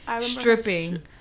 stripping